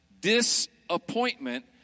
disappointment